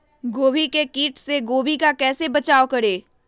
गोभी के किट से गोभी का कैसे बचाव करें?